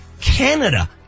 Canada